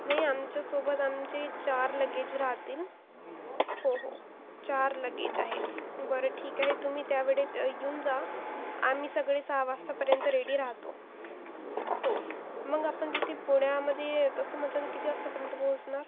नाही आमच्या सोबत आमची चार लगेज राहतील हो हो चार लगेज आहेत बरं ठीक आहे तुम्ही त्या वेळेत येऊन जा आम्ही सगळे सहा वाजतापर्यंत रेडी राहतो हो मग आपण तिथे पुण्यामध्ये तसं म्हटलं तर किती वाजतापर्यंत पोहोचणार